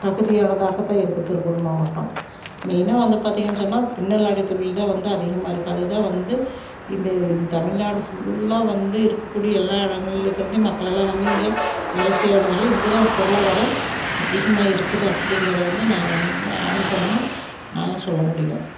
தகுதியானதாகதான் இருக்குது திருப்பூர் மாவட்டம் மெயினாக வந்து பார்த்திங்கன்னு சொன்னால் பின்னலாடை தொழில்தான் வந்து அதிகமாக இருக்குது அதுதான் வந்து இந்த தமிழ்நாடு ஃபுல்லாக வந்து இருக்கக்கூடிய எல்லா இடங்கள்ல இருக்கிறதையும் மக்களால் வந்து இங்கே வேலை செய்கிறதுனால இங்கேதான் பொருளாதாரம் அதிகமாக இருக்குது அப்படிங்குறத வந்து நான் வந்துங்க ஆணித்தனமாக நாங்கள் சொல்லமுடியும்